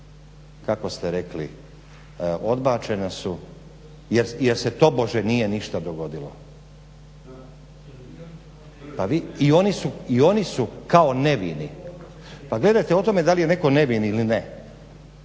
kako ste rekli odbačena su jer se tobože nije ništa dogodilo. i oni su kao nevini. Pa gledajte o tome da li je netko nevin ii ne